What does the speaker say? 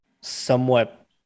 somewhat